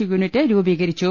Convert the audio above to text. U unit രൂപീ കരിച്ചു